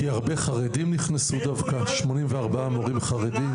כי הרבה חרדים נכנסו דווקא, 84 מורים חרדים.